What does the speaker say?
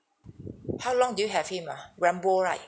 how long do you have him ah rambo right